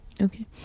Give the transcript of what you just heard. Okay